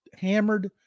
hammered